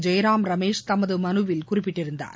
ஜெயராம் ரமேஷ் தமது மனுவில் குறிப்பிட்டிருந்தார்